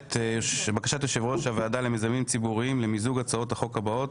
בקשת יושב ראש הוועדה למיזמים ציבוריים למיזוג הצעות החוק הבאות: